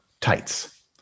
tights